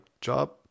job